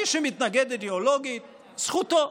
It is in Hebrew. מי שמתנגד אידיאולוגית, זכותו.